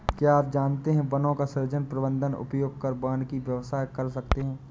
क्या आप जानते है वनों का सृजन, प्रबन्धन, उपयोग कर वानिकी व्यवसाय कर सकते है?